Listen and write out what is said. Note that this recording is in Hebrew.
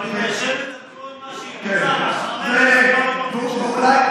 אבל היא נאשמת על כל מה שהיא ביצעה אחרי שהייתה בפרקליטות.